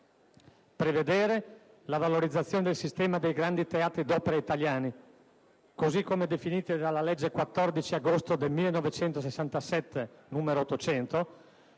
prevedere la valorizzazione del sistema dei grandi teatri d'opera italiani, così come definiti dalla legge 14 agosto 1967, n. 800,